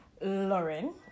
lauren